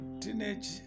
teenage